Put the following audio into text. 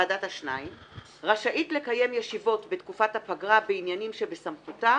("ועדת השניים") רשאית לקיים ישיבות בתקופת הפגרה בעניינים שבסמכותה,